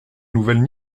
nouvelles